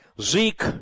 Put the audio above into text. Zeke